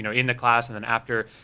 you know in the class and then after,